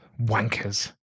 Wankers